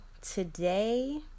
today